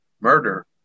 murder